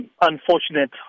unfortunate